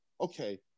Okay